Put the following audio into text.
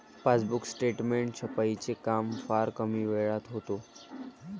passbook statement छपाईचे काम फार कमी वेळात होते